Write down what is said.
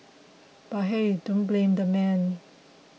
but hey don't blame the man